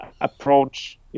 approach